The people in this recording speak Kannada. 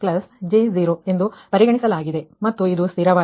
05j0 ಎಂದು ಪರಿಗಣಿಸಲಾಗಿದೆ ಮತ್ತು ಇದು ಸ್ಥಿರವಾಗಿದೆ